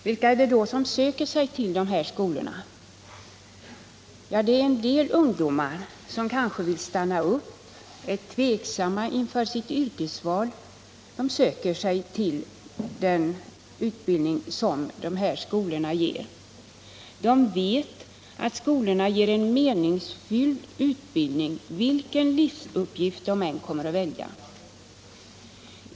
Vilka är det då som söker sig till dessa skolor? En del ungdomar, som kanske vill stanna upp därför att de är tveksamma inför sitt yrkesval, söker sig till den utbildning som skolorna ger. De vet att de i skolorna får en meningsfylld utbildning, vilken livsuppgift de än kommer att välja.